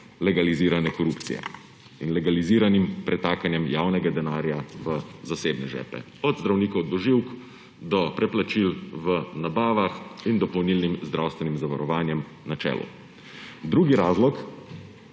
legalizirane korupcije in legaliziranim pretakanjem javnega denarja v zasebne žepe, od zdravnikov dvoživk do preplačil v nabavah in dopolnilnim zdravstvenim zavarovanjem na čelu. In drugi razlog